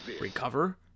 Recover